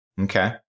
Okay